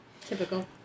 typical